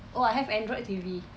oh I have android T_V